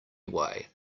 way